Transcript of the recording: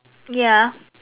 ya